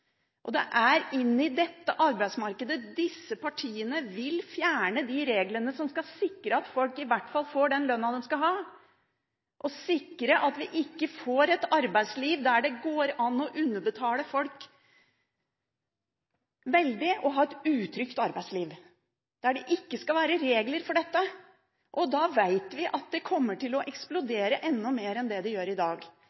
Det er i dette arbeidsmarkedet disse partiene vil fjerne de reglene som skal sikre at folk i hvert fall får den lønna de skal ha, som skal sikre at vi ikke får et arbeidsliv der det går an å underbetale folk veldig mye og ha et utrygt arbeidsliv. De vil ha et arbeidsmarked der det ikke skal være regler for dette. Da vet vi at det kommer til å